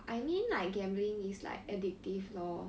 I mean like gambling is like addictive lor